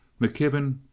mckibben